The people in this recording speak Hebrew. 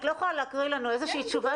את לא יכולה להקריא לנו איזה שהיא תשובה